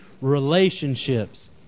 Relationships